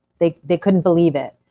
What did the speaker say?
they they couldn't believe it.